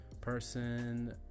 person